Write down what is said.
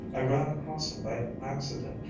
i ran across him by accident.